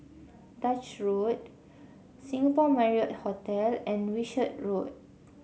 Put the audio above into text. Duchess Road Singapore Marriott Hotel and Wishart Road